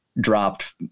dropped